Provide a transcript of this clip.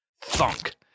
Thunk